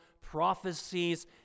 prophecies